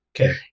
Okay